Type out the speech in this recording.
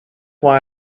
why